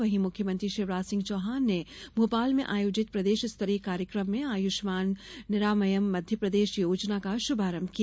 वहीं मुख्यमंत्री शिवराज सिंह चौहान ने भोपाल में आयोजित प्रदेश स्तरीय कार्यक्रम में आयुष्मान निरामयम मध्यप्रदेश योजना का शुभारंभ किया